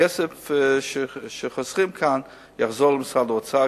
הכסף שחוסכים כאן יחזור למשרד האוצר,